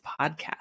Podcast